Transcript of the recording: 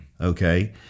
okay